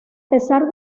pesar